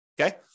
Okay